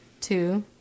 two